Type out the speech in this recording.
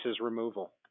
removal